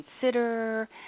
consider